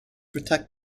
protect